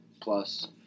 plus